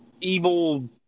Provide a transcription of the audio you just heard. evil